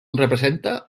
representa